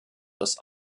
das